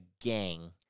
gang